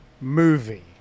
movie